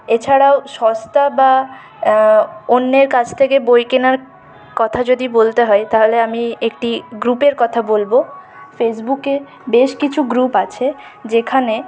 এছাড়াও সস্তা বা অন্যের কাছ থেকে বই কেনার কথা যদি বলতে হয় তাহলে আমি একটি গ্রুপের কথা বলব ফেসবুকে বেশ কিছু গ্রুপ আছে যেখানে